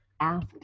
asked